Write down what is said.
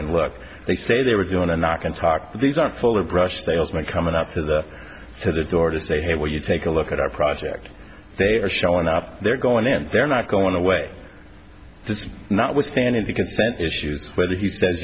and look they say they were doing a knock and talk but these aren't fuller brush salesman coming up to the to the door to say hey will you take a look at our project they are showing up they're going in they're not going away this is not withstanding because sent issues whether he says